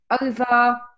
over